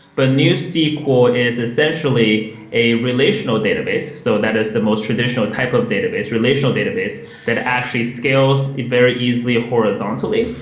but newsql is essentially a relational database. so that is the most traditional type of database, relational database that actually scales very easily horizontally,